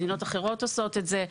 מדינות אחרות עושות את זה.